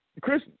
Chris